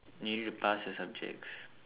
you need to pass your subjects